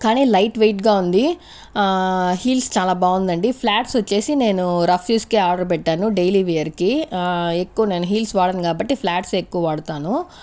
కానీ లైట్ వెయిట్గా ఉంది ఆ హీల్స్ చాలా బాగుందండి ఫ్లాట్స్ వచ్చేసి నేను రఫ్ యూస్కి ఆర్డర్ పెట్టాను డైలీ వేర్కి ఆ ఎక్కువ నేను హీల్స్ వాడను కాబట్టి ఫ్లాట్స్ ఎక్కువ వాడతాను